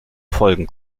folgen